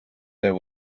there